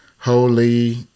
Holy